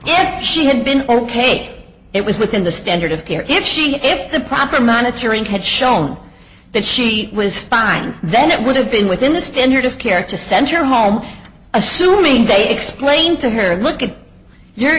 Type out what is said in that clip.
signal she had been ok it was within the standard of care if she if the proper monitoring had shown that she was fine then it would have been within the standard of care to send your home a you mean they explained to her look at your